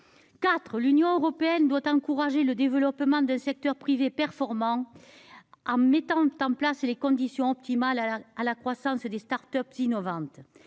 l'Union européenne doit encourager le développement d'un secteur privé performant en mettant en place les conditions optimales à la croissance des start-up innovantes.